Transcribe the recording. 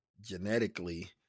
genetically